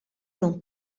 non